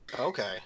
Okay